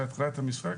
בתחילת המשחק,